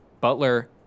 Butler